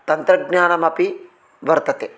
तन्त्रज्ञानमपि वर्तते